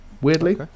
weirdly